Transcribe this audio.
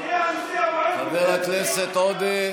חבר הכנסת עודה.